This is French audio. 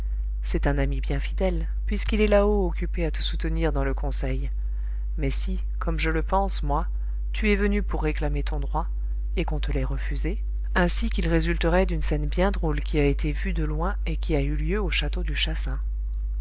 c'est un ami bien fidèle puisqu'il est là-haut occupé à te soutenir dans le conseil mais si comme je le pense moi tu es venu pour réclamer ton droit et qu'on te l'ait refusé ainsi qu'il résulterait d'une scène bien drôle qui a été vue de loin et qui a eu lieu au château du chassin